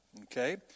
okay